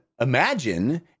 imagine